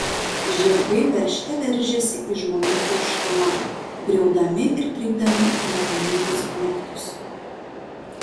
žirgai veržte veržėsi į žmonių tirštumą griaudami ir trypdami nelaimingus knechtus